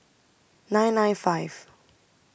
nine nine five